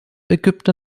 ägypter